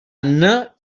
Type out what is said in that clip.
anna